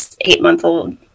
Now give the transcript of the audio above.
eight-month-old